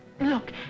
Look